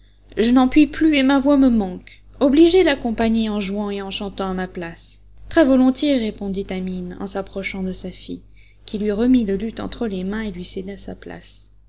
je n'en puis plus et la voix me manque obligez la compagnie en jouant et en chantant à ma place très-volontiers répondit amine en s'approchant de safie qui lui remit le luth entre les mains et lui céda sa place